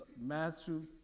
Matthew